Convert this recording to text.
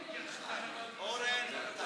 הוא עדיין מנסה